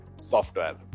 software